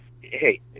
Hey